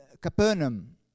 Capernaum